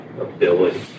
ability